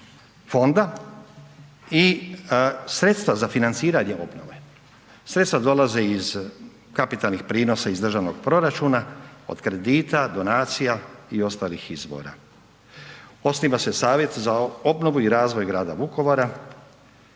fonda i sredstva za financiranje obnove, sredstva dolaze iz kapitalnih prinosa iz državnog proračuna od kredita, donacija i ostalih izvora. Osniva se Savjet za obnovu i razvoj grada Vukovara